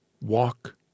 walk